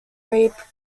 reap